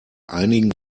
einigen